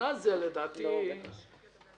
שנה להערכתי